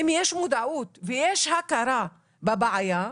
אם יש מודעות ויש הכרה בבעיה,